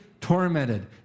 tormented